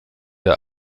der